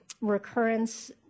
recurrence